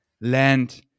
land